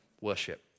Worship